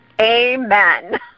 Amen